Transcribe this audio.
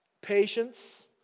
patience